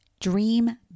dream